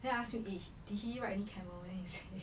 then I ask him did did he ride any camel they he said